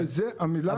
כי זו המילה --- כן,